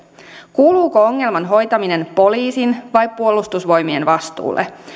kuuluuko ongelman hoitaminen poliisin vai puolustusvoimien vastuulle